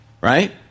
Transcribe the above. right